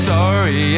Sorry